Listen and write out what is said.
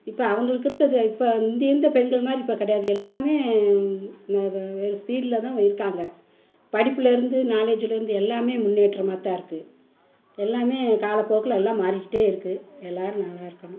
இப்போ அவங்களுக்கு இருக்கதை இப்போ முந்தி இருந்த பெண்கள்மாதிரி இப்போ கிடையாது எல்லாமே ஸ்பீடில்தான் இருக்காங்க படிப்பிலேருந்து நாலேஜிலேருந்து எல்லாமே முன்னேற்றமாகத்தான் இருக்குது எல்லாமே காலப்போக்கில் எல்லாம் மாறிக்கிட்டே இருக்குது எல்லாேரும் நல்லா இருக்கணும்